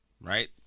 right